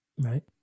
Right